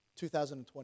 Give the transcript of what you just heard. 2020